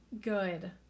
good